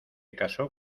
casó